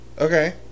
Okay